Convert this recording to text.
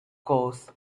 course